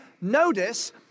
notice